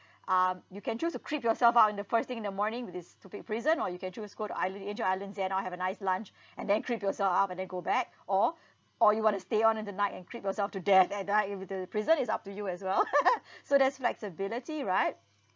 um you can choose to creep yourself up in the first thing in the morning with this stupid prison or you can choose to go to island the angel island zen you know have a nice lunch and then creep yourself up and then go back or or you want to stay on in the night and creep yourself to death at uh if the prison is up to you as well so there's flexibility right